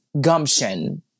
gumption